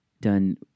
done